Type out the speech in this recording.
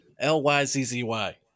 L-Y-Z-Z-Y